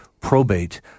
probate